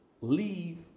leave